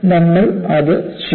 നമ്മൾ അത് ചെയ്യും